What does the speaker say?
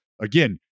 again